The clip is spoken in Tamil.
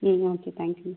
ம் ஓகே தேங்க் யூ மேம்